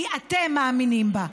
כי אתם מאמינים בה.